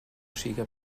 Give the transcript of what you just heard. siga